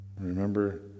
Remember